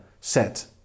set